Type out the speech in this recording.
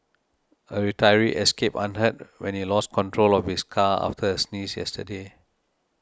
a retiree escaped unhurt when he lost control of his car after a sneeze yesterday